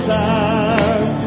time